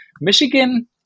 Michigan